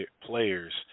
players